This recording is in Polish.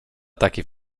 takiej